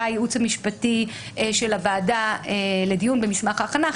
הייעוץ המשפטי של הוועדה לדיון במסמך ההכנה.